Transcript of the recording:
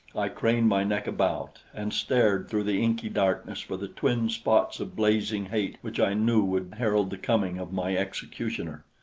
i craned my neck about, and stared through the inky darkness for the twin spots of blazing hate which i knew would herald the coming of my executioner.